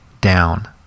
down